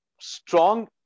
Strong